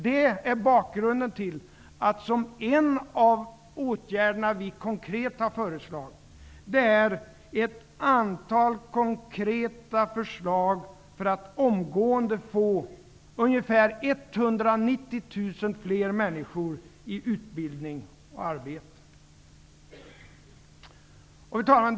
Det är bakgrunden till att vi har utarbetat ett antal konkreta förslag för att omgående få ungefär 190 000 fler människor i utbildning och arbete. Fru talman!